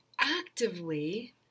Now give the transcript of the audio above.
actively